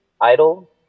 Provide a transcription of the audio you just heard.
idle